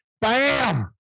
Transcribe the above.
Bam